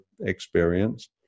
experienced